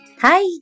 Hi